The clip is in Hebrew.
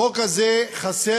בחוק הזה חסר,